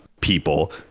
people